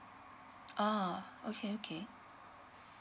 ah okay okay